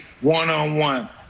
one-on-one